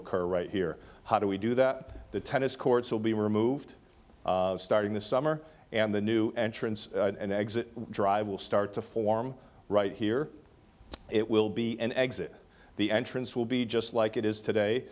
occur right here how do we do that the tennis courts will be removed starting this summer and the new entrance and exit drive will start to form right here it will be an exit the entrance will be just like it is today